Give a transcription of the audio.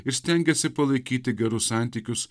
ir stengėsi palaikyti gerus santykius